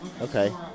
Okay